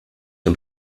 dem